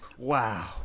Wow